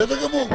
בסדר גמור.